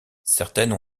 certaines